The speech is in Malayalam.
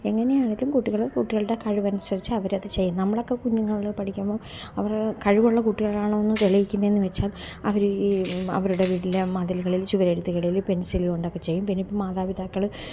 എങ്ങനെയാണേലും കുട്ടികള് കുട്ടികളുടെ കഴിവ് അനുസരിച്ച് അവരതു ചെയ്യും നമ്മളൊക്കെ കുഞ്ഞുന്നാളില് പഠിക്കുമ്പോള് അവർ കഴിവുള്ള കുട്ടികളാണോ എന്ന് തെളിയിക്കുന്നതെന്നു വച്ചാൽ അവര് ഈ അവരുടെ വീട്ടിലെ മതിലുകളിലും ചുവരെഴുത്തുകളിലും പെൻസിലുകൊണ്ടൊക്കെ ചെയ്യും പിന്നെ ഇപ്പോള് മാതാപിതാക്കള്